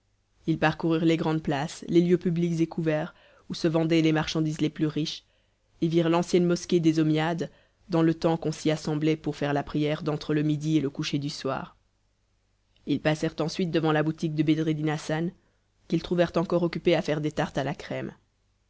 ils parcoururent les grandes places les lieux publics et couverts où se vendaient les marchandises les plus riches et virent l'ancienne mosquée des ommiades dans le temps qu'on s'y assemblait pour faire la prière d'entre le midi et le coucher du soleil ils passèrent ensuite devant la boutique de bedreddin hassan qu'ils trouvèrent encore occupé à faire des tartes à la crème